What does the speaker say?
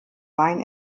wein